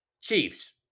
Chiefs